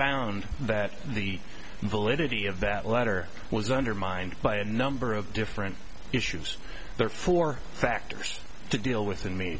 nd that the validity of that letter was undermined by a number of different issues therefore factors to deal with in me